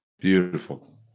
Beautiful